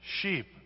sheep